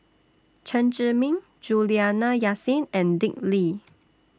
Chen Zhiming Juliana Yasin and Dick Lee